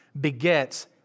begets